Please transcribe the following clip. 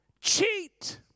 cheat